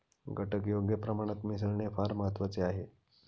घटक योग्य प्रमाणात मिसळणे फार महत्वाचे आहे